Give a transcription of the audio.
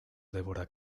deborah